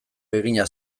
egina